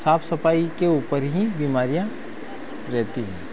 साफ सफाई के ऊपर ही बिमारियाँ रहती हैं